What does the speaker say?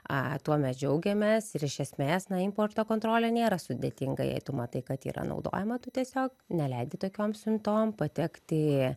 a tuo mes džiaugiamės ir iš esmės na importo kontrolė nėra sudėtinga jei tu matai kad yra naudojama tu tiesiog neleidi tokiom siuntom patekti